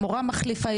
מורה מחליפה.